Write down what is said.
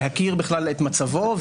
להכיר בכלל את מצבו,